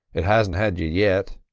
it hasn't had you yet.